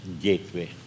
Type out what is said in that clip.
gateway